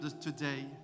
today